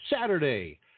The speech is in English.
Saturday